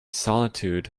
solitude